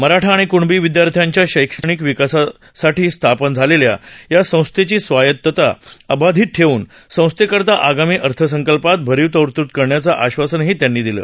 मराठा आणि कणबी विद्यार्थ्यांच्या शैक्षणिक विकासासाठी स्थापन झालेल्या या संस्थेची स्वायत्तता अबाधित ठेवून संस्थेकरता आगामी अर्थसंकल्पात भरीव तरतूद करण्याचं आश्वासनही त्यांनी दिलं